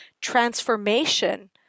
transformation